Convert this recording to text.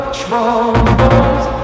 troubles